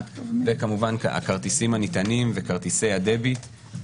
וכמובן הכרטיסים הנטענים וכרטיסי ה-Debit.